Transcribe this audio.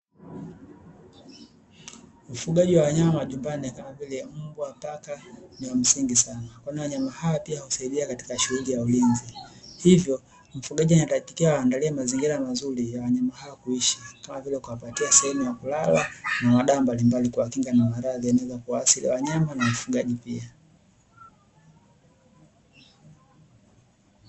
Ufugaji wa wanyama majumbani kama vile mbwa, paka ni ya msingi sana, kwani wanyama hawa pia husaidia katika shughuli ya ulinzi, hivyo mfugaji anatakiwa aangalie mazingira mazuri ya wanyama hawa kuishi kama vile ukawapatia sehemu ya kulala na madawa mbalimbali kwa kinga na maradhi yanaweza kuwaathiri wanyama na wafungaji pia.